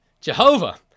Jehovah